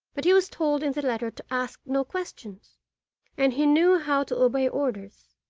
but he was told in the letter to ask no questions and he knew how to obey orders.